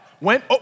Went